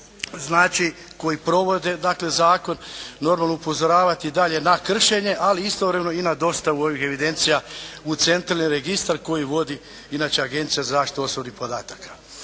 koji provode zakon normalno upozoravati dalje na kršenje ali istovremeno i na dostavu ovih evidencija u centralni registar koji vodi inače Agencija za zaštitu osobnih podataka.